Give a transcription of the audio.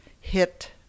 hit